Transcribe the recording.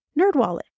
NerdWallet